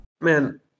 Man